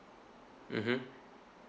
mmhmm